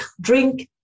drink